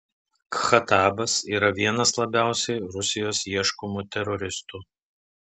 khatabas yra vienas labiausiai rusijos ieškomų teroristų